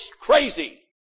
crazy